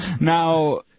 Now